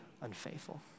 unfaithful